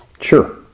Sure